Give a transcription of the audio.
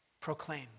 proclaim